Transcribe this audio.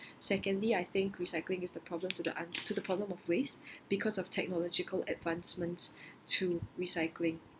secondly I think recycling is the problem to the an~ to the problem of waste because of technological advancements to recycling